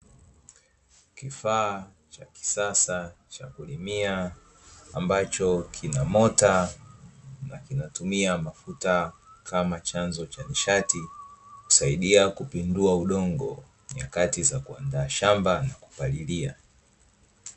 Kifaa cha kisasa cha kulimia ambacho kina mota na kinatumia mafuta kama chanzo cha nishati husaidia kupindua udongo nyakati za kuandaa shamba na kupalilia